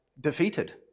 defeated